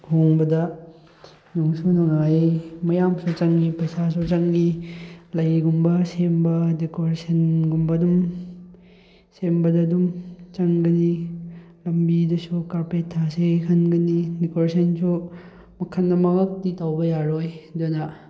ꯂꯨꯍꯣꯡꯕꯗ ꯅꯨꯡꯁꯨ ꯅꯨꯡꯉꯥꯏ ꯃꯌꯥꯝꯁꯨ ꯆꯪꯉꯤ ꯄꯩꯁꯥꯁꯨ ꯆꯪꯉꯤ ꯂꯩꯒꯨꯝꯕ ꯁꯦꯝꯕ ꯗꯦꯀꯣꯔꯦꯁꯟꯒꯨꯝꯕ ꯑꯗꯨꯝ ꯁꯦꯝꯕꯗ ꯑꯗꯨꯝ ꯆꯪꯒꯅꯤ ꯂꯝꯕꯤꯗꯁꯨ ꯀꯥꯔꯄꯦꯠ ꯊꯥꯁꯦ ꯈꯟꯒꯅꯤ ꯗꯦꯀꯣꯔꯦꯁꯟꯁꯨ ꯃꯈꯜ ꯑꯃꯈꯛꯇꯗꯤ ꯇꯧꯕ ꯌꯥꯔꯣꯏ ꯑꯗꯨꯅ